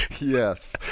Yes